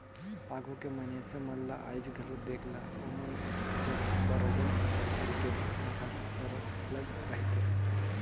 आघु के मइनसे मन ल आएज घलो देख ला ओमन जग बरोबेर बचेत के भावना हर सरलग रहथे